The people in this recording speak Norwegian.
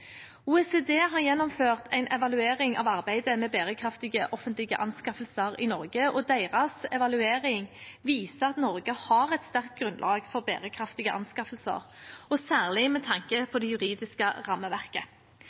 i Norge, og deres evaluering viser at Norge har et sterkt grunnlag for bærekraftige anskaffelser, særlig med tanke på det juridiske rammeverket.